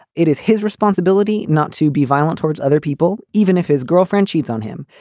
it is his responsibility not to be violent towards other people, even if his girlfriend cheats on him.